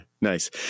nice